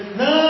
no